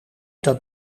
dat